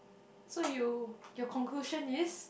so you your conclusion is